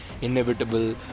inevitable